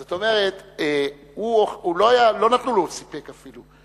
זאת אומרת, הוא, לא נתנו לו סיפק אפילו.